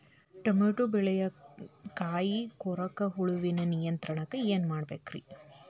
Tomato ಬೆಳೆಯ ಕಾಯಿ ಕೊರಕ ಹುಳುವಿನ ನಿಯಂತ್ರಣಕ್ಕ ಏನ್ ಮಾಡಬೇಕ್ರಿ?